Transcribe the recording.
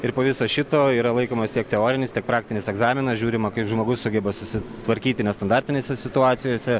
ir po viso šito yra laikomas tiek teorinis tiek praktinis egzaminas žiūrima kaip žmogus sugeba susi tvarkyti nestandartinėse situacijose